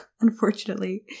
unfortunately